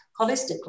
holistically